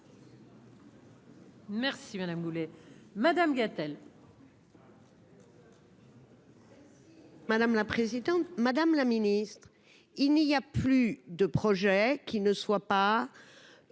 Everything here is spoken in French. Merci madame Boulet Madame Gatel. Madame la présidente, madame la Ministre, il n'y a plus de projet qui ne soit pas